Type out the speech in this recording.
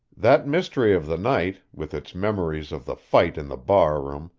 that mystery of the night, with its memories of the fight in the bar-room,